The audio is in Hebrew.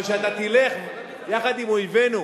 אבל כשאתה תלך יחד עם אויבינו,